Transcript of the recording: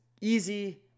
easy